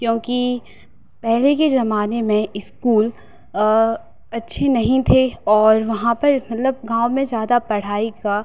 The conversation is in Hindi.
क्योंकि पहले के ज़माने में इस्कूल अच्छे नहीं थे और वहाँ पर मतलब गाँव में ज़्यादा पढ़ाई का